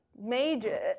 major